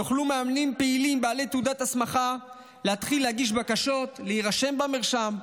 יוכלו מאמנים פעילים בעלי תעודת הסמכה להתחיל להגיש בקשות להירשם במרשם,